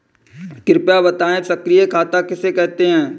कृपया बताएँ सक्रिय खाता किसे कहते हैं?